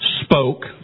spoke